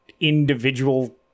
individual